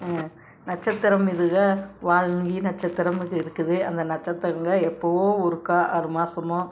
நட்சத்திரம் இதுகள் வால்மீன் நட்சத்திரம்கள் இருக்குது அந்த நட்சத்திரங்கள் எப்போவோ ஒருக்கா ஆறு மாதமோ